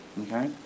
Okay